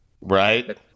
Right